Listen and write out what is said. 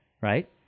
right